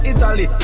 Italy